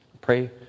pray